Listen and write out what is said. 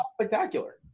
spectacular